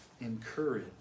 encourage